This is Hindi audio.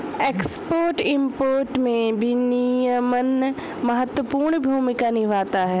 एक्सपोर्ट इंपोर्ट में विनियमन महत्वपूर्ण भूमिका निभाता है